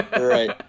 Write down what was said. Right